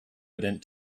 evident